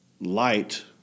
light